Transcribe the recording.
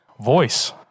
voice